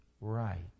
right